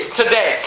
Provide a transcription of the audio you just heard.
today